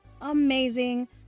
Amazing